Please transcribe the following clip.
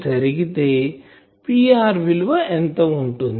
జరిగితే Pr విలువ ఎంత ఉంటుంది